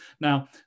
Now